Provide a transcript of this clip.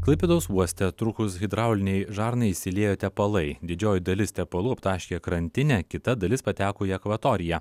klaipėdos uoste trūkus hidraulinei žarnai išsiliejo tepalai didžioji dalis tepalų aptaškė krantinę kita dalis pateko į akvatoriją